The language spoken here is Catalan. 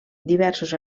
diversos